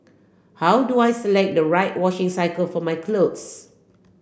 how do I select the right washing cycle for my clothes